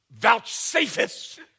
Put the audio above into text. vouchsafest